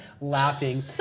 laughing